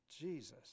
Jesus